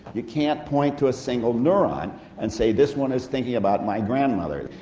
you can't point to a single neurone and say, this one is thinking about my grandmother,